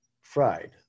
fried